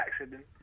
accident